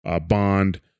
Bond